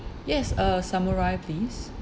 yes uh samurai please